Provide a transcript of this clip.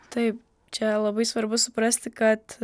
taip čia labai svarbu suprasti kad